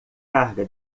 carga